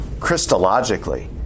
Christologically